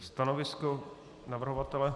Stanovisko navrhovatele?